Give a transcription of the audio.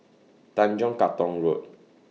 Tanjong Katong Road